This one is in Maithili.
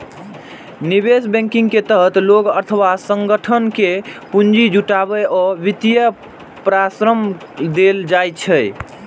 निवेश बैंकिंग के तहत लोग अथवा संगठन कें पूंजी जुटाबै आ वित्तीय परामर्श देल जाइ छै